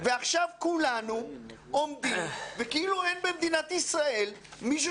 עכשיו כולנו עומדים וכאילו אין במדינת ישראל מישהו